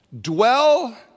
dwell